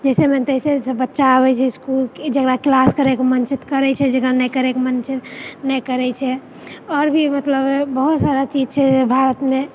जाहिसँ मन ताहिसँ सभ बच्चा आबैत छै इसकुल जेकरा क्लास करि कऽ मन छै तऽ करैत छै जकरा नहि करै कऽ मन छै नइ करैत छै आओर भी मतलब बहुत सारा चीज छै भारतमे